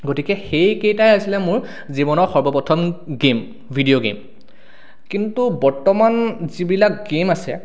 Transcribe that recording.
গতিকে সেই কেইটাই আছিলে মোৰ জীৱনৰ সৰ্ব প্ৰথম গেম ভিডিঅ' গেম কিন্তু বৰ্তমান যিবিলাক গেম আছে